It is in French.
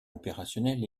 opérationnelle